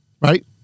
right